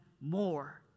more